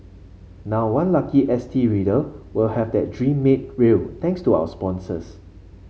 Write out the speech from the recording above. now one lucky S T reader will have that dream made real thanks to our sponsors